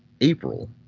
April